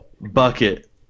bucket